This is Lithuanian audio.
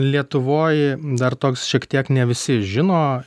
lietuvoj dar toks šiek tiek ne visi žino